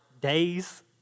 days